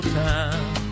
time